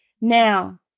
Now